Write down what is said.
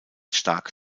stark